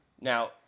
Now